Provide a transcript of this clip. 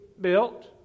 built